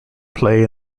play